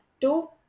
two